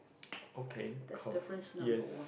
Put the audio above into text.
okay cool yes